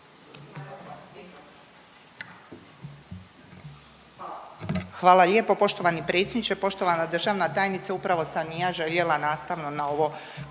Hvala lijepo poštovani predsjedniče, poštovana državna tajnice, upravo sam i ja željela nastavno na ovo,